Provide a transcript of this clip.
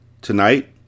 Tonight